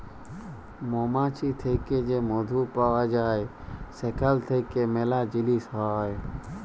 মমাছি থ্যাকে যে মধু পাউয়া যায় সেখাল থ্যাইকে ম্যালা জিলিস হ্যয়